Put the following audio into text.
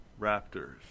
Raptors